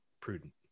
prudent